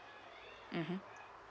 mmhmm